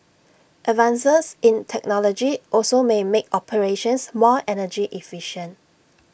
advances in technology also may make operations more energy efficient